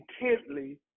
intently